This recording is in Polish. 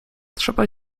trzeba